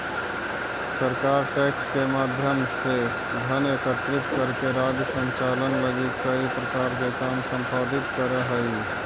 सरकार टैक्स के माध्यम से धन एकत्रित करके राज्य संचालन लगी कई प्रकार के काम संपादित करऽ हई